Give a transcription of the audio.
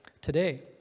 today